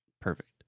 Perfect